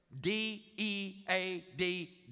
D-E-A-D